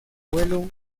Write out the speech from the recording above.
vuelo